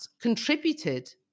contributed